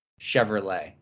Chevrolet